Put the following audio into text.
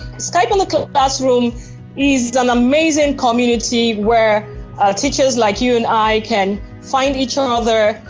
skype in the classroom is an amazing community where teachers like you and i can find each um other,